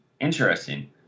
Interesting